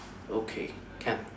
okay can